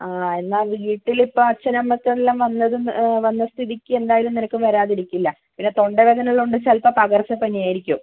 ആ എന്നാൽ അത് വീട്ടിൽ ഇപ്പോൾ അച്ഛനും അമ്മയ്ക്കുമെല്ലാം വന്നത് വന്ന സ്ഥിതിക്ക് എന്തായാലും നിനക്കും വരാതിരിക്കില്ല പിന്നെ തൊണ്ടവേദനയുള്ളതുകൊണ്ട് ചിലപ്പോൾ പകർച്ചപ്പനിയായിരിക്കും